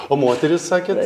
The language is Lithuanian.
o moterys sakėt